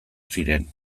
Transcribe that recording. ziren